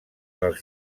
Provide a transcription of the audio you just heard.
dels